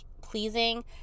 pleasing